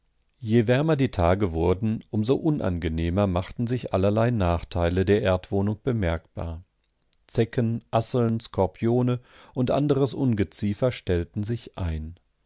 je wärmer die tage wurden um so unangenehmer machten sich allerlei nachteile der erdwohnung bemerkbar zecken asseln skorpione und anderes ungeziefer stellten sich ein